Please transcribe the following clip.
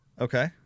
Okay